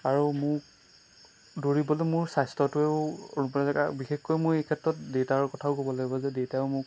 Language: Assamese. আৰু মোক ধৰিবলৈ মোৰ স্বাস্থ্যটোৱেও আৰু বিশেষকৈ মই এই ক্ষেত্ৰত দেতাৰ কথাও ক'ব লাগিব যে দেতাও মোক